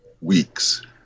weeks